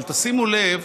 אבל תשימו לב,